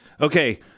Okay